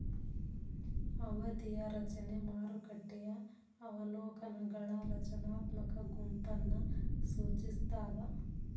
ಅವಧಿಯ ರಚನೆ ಮಾರುಕಟ್ಟೆಯ ಅವಲೋಕನಗಳ ರಚನಾತ್ಮಕ ಗುಂಪನ್ನ ಸೂಚಿಸ್ತಾದ